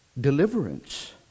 deliverance